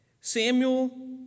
Samuel